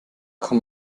kann